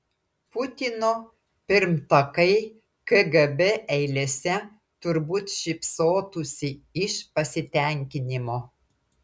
putino pirmtakai kgb eilėse turbūt šypsotųsi iš pasitenkinimo